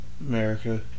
America